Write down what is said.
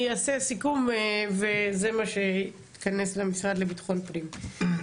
אני אעשה סיכום וזה מה שייכנס למשרד לביטחון פנים.